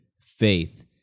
faith